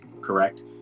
correct